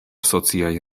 sociaj